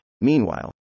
Meanwhile